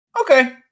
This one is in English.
Okay